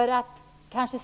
Jag nämnde